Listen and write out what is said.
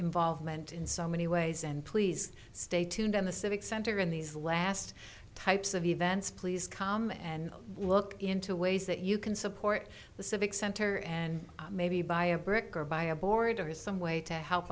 involvement in so many ways and please stay tuned on the civic center in these last types of events please come and look into ways that you can support the civic center and maybe buy a brick or buy a border is some way to help